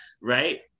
Right